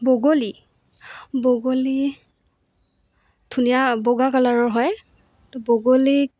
বগলী বগলী ধুনীয়া বগা কালাৰৰ হয় তো বগলীক